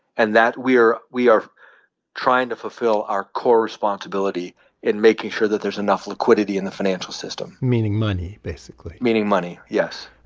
and that we are we are trying to fulfill our core responsibility in making sure that there's enough liquidity in the financial system meaning money, basically meaning money, yes